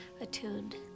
attuned